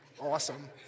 awesome